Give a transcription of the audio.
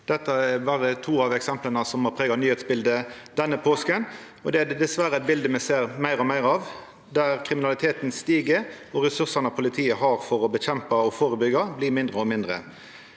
Dette er berre to av eksempla som har prega nyheitsbildet denne påska, og det er dessverre eit bilde vi ser meir og meir av, der kriminaliteten stig, og ressursane politiet har for å motverka og førebyggja, blir mindre og mindre.